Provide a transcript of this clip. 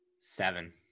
Seven